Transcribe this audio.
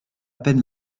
peine